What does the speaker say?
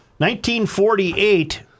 1948